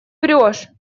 врешь